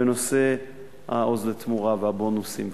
בנושא ה"עוז לתמורה" והבונוסים וכו'.